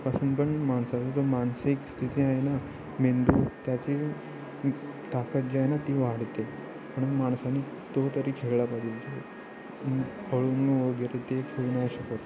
पासून पण माणसाचा जो मानसिक स्थिती आहे ना मेंदू त्याची ताकद जी आहे ना ती वाढते पण माणसाने तो तरी खेळला पाहिजेत हळू वगैरे ते खेळू नाही शकत